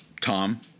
Tom